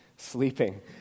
sleeping